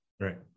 Right